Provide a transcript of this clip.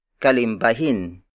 Kalimbahin